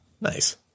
nice